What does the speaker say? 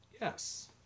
yes